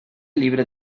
libre